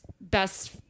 best